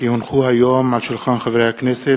כי הונחו היום על שולחן הכנסת,